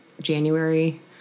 January